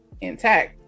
intact